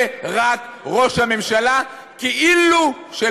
זה רק ראש הממשלה כאילו-של-העם-היהודי.